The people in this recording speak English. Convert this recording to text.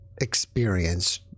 experience